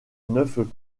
neuf